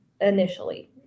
initially